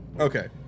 Okay